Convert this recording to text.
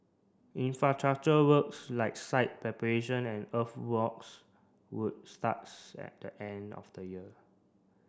infrastructure works like site preparation and earthworks would starts at the end of the year